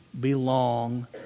belong